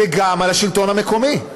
וגם על השלטון המקומי.